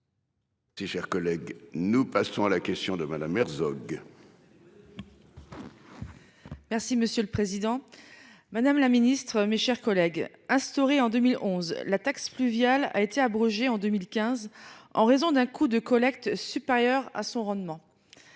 Si cher collègue. Nous passons à la question de mal Merzoug. Allez. Merci, monsieur le Président. Madame la Ministre, mes chers collègues, instaurée en 2011, la taxe pluviale a été abrogée en 2015 en raison d'un coût de collecte supérieur à son rendement.